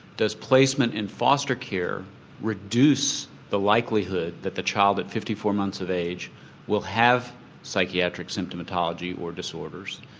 does placement in foster care reduce the likelihood that the child at fifty four months of age will have psychiatric symptomatology or disorders?